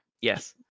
Yes